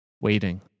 waiting